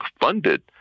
funded